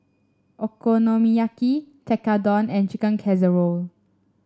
Okonomiyaki Tekkadon and Chicken Casserole